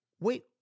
Wait